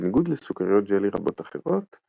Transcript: בניגוד לסוכריות ג'לי רבות אחרות,